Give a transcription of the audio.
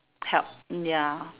help ya